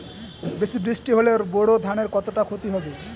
বেশি বৃষ্টি হলে বোরো ধানের কতটা খতি হবে?